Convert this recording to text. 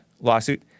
lawsuit